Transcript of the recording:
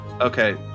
Okay